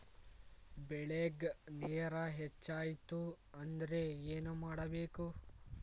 ಬೆಳೇಗ್ ನೇರ ಹೆಚ್ಚಾಯ್ತು ಅಂದ್ರೆ ಏನು ಮಾಡಬೇಕು?